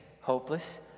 hopeless